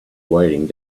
waiting